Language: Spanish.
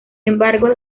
embargo